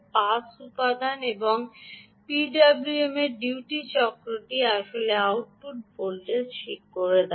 pass উপাদান এবং পিডাব্লুএমের ডিউটি চক্রটি আসলে আউটপুট ভোল্টেজ ঠিক করে দেয়